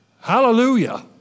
Hallelujah